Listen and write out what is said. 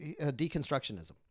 Deconstructionism